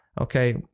okay